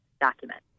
document